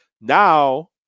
Now